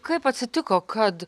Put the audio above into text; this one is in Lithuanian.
kaip atsitiko kad